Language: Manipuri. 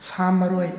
ꯁꯥ ꯃꯔꯣꯏ